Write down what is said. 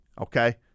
Okay